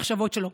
את המחשבות שלו.